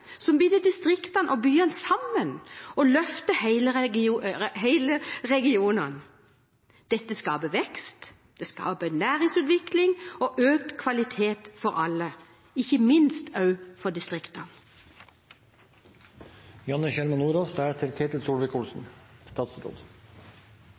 som binder distriktene og byene sammen og løfter hele regioner. Dette skaper vekst, det skaper næringsutvikling og økt kvalitet for alle, ikke minst også for distriktene.